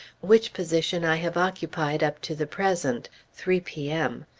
which position i have occupied up to the present, three p m.